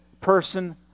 person